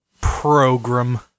program